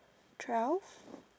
twelve